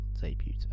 debut